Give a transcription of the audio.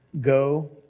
go